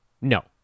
No